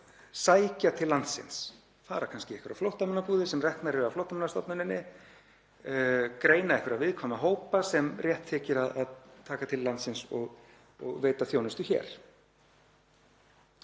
sækja til landsins, fara kannski í einhverjar flóttamannabúðir sem reknar eru af Flóttamannastofnuninni, greina einhverja viðkvæma hópa sem rétt þykir að taka til landsins og veita þjónustu hér.